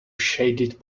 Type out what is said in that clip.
shaded